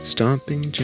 Stomping